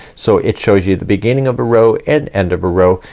so it shows you the beginning of a row and end of a row,